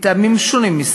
מטעמים שונים,